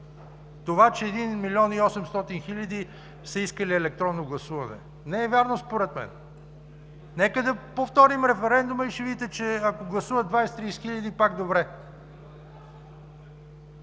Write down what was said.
Това, че един милион и осемстотин хиляди са искали електронно гласуване – не е вярно, според мен. Нека да повторим референдума и ще видите, че ако гласуват 20-30 хиляди, пак добре.